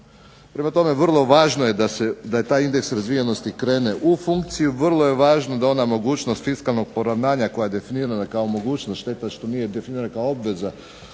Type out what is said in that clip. Prema tome, vrlo važno je da taj indeks razvijenosti krene u funkciju, vrlo važno da ona mogućnost fiskalnog poravnanja koja je definirana kao mogućnost. Šteta što nije definirana kao obveza